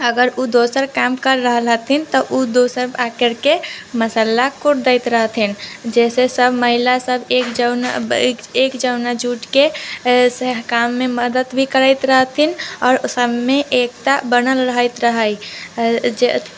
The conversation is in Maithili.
अगर ओ दोसर काम करि रहल रहथिन तऽ ओ दोसर आबि करिके मसल्ला कुटि दैत रहथिन जाहिसँ सब महिलासब एक जौन एक एक जौने जुटिके से काममे मदति भी करैत रहथिन आओर सबमे एकता बनल रहैत रहै